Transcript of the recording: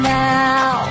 now